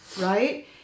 Right